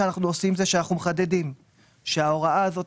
ההתאמה שאנחנו עושים היא שאנחנו מחדדים שההוראה הזאת